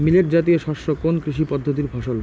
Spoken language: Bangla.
মিলেট জাতীয় শস্য কোন কৃষি পদ্ধতির ফসল?